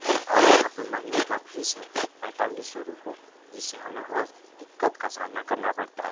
और वहाँ पर महीने के फीस है पैंतालीस सौ रूपये जिस से हमें बहुत दिक्कत का सामना करना पड़ता है